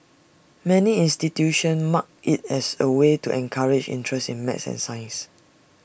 many institutions mark IT as A way to encourage interest in math and science